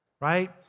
right